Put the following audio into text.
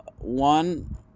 One